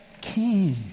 king